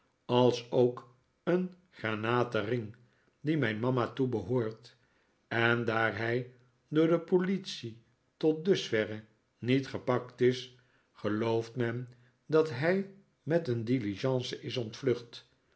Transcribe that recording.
opgehitst alsook een granaten ring die mijn mama toebehoort en daar hij door de politie tot dusverre niet gepakt is gelooft men dat hij met een diligence is ontvlucht